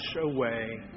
away